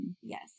Yes